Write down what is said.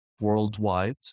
worldwide